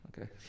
Okay